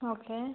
okay